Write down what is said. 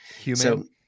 Human